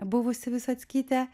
buvusi visockytė